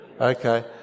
Okay